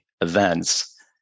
events